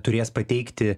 turės pateikti